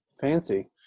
Fancy